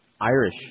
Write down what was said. Irish